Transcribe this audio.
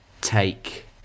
take